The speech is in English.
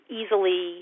easily